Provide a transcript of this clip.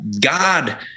God